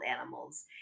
animals